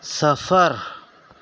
سفر